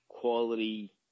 quality